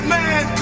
man